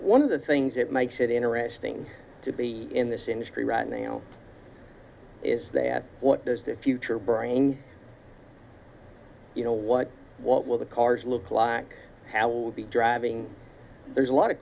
one of the things that makes it interesting to be in this industry right now is what does the future brain you know what what will the cars look like how will be driving there's a lot of